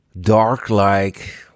dark-like